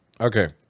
Okay